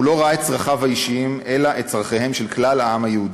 הוא לא ראה את צרכיו האישיים אלא את צורכי כלל העם היהודי.